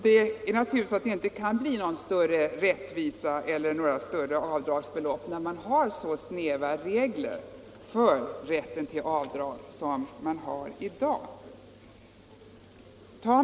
Det kan naturligtvis inte bli någon större rättvisa eller några högre avdragsbelopp, när man har så snäva regler för rätten till avdrag som i dag är fallet.